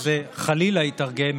וזה חלילה ייתרגם,